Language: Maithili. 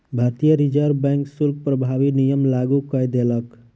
भारतीय रिज़र्व बैंक शुल्क प्रभावी नियम लागू कय देलक